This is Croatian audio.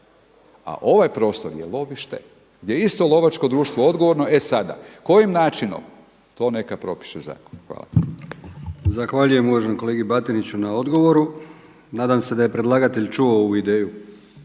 A ovaj prostor je lovište gdje je isto lovačko društvo odgovorno. E sada, kojim načinom to neka propiše zakon. Hvala. **Brkić, Milijan (HDZ)** Zahvaljujem uvaženom kolegi Batiniću na odgovoru. Nadam se da je predlagatelj čuo ovu ideju